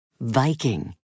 Viking